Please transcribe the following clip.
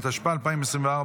התשפ"ה 2024,